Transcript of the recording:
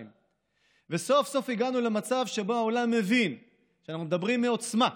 סוף-סוף הגענו למצב שהעולם מבין שאנחנו מדברים מעוצמה,